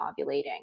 ovulating